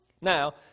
Now